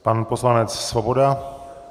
Pan poslanec Svoboda.